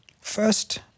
First